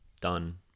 done